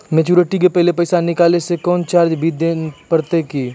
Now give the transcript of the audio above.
Maturity के पहले पैसा निकालै से कोनो चार्ज भी देत परतै की?